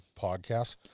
podcast